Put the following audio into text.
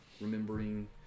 remembering